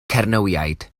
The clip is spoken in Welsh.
cernywiaid